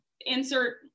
insert